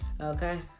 Okay